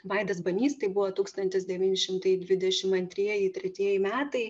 vaidas banys tai buvo tūkstantis devyni šimtai dvidešim antrieji tretieji metai